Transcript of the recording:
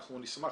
אנחנו נשמח,